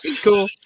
Cool